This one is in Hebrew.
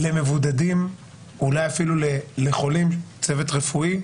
למבודדים ואולי אפילו לחולים מהצוות הרפואי